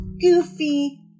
goofy